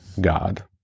God